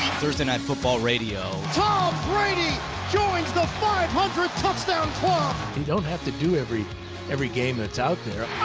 thursday night football radio. tom brady joins the five hundred touchdown club. he don't have to do every every game that's out there.